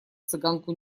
цыганку